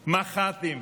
מח"טים,